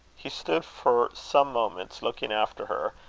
he stood for some moments looking after her,